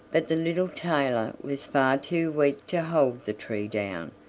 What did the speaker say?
but the little tailor was far too weak to hold the tree down,